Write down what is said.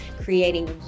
creating